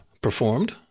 performed